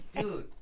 dude